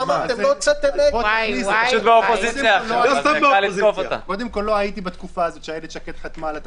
לא הייתי בתקופה שאילת שקד חתמה על התקנות,